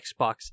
Xbox